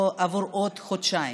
עבור עוד חודשיים.